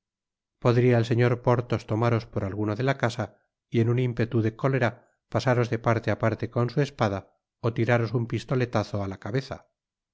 el señor porthos tomaros por alguno de la casa y en un impetu de cólera pasaros de parte á parte con su espada ó tiraros un pistoletazo a la cabeza